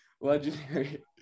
Legendary